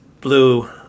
Blue